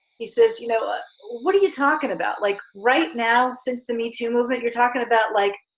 he says, you know ah what are you talkin' about? like right now, since the metoo movement, you're talkin' about like,